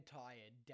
tired